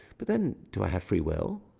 but then, do i have free will?